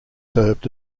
served